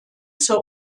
zur